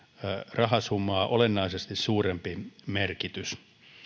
rahasummaa olennaisesti suurempi merkitys